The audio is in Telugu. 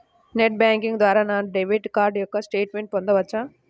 నెట్ బ్యాంకింగ్ ద్వారా నా డెబిట్ కార్డ్ యొక్క స్టేట్మెంట్ పొందవచ్చా?